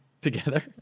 together